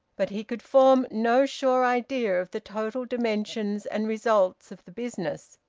but he could form no sure idea of the total dimensions and results of the business,